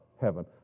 heaven